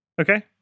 Okay